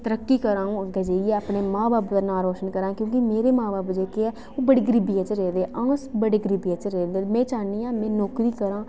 तरक्की करां अ'ऊं अग्गै जाइयै अपने मां ब'ब्ब दा नांऽ रोशन करां क्योंकि मेरे मां ब'ब्ब जेह्के ऐ ओह् बड़ी गरीबियै च रेह् दे अ'ऊं अस बड़ी गरीबियै च रेह् दे ते में चाह्न्नी आं में नौकरी करां